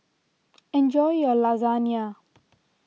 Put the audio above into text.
enjoy your Lasagna